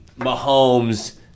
Mahomes